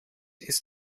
ist